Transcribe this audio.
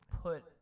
put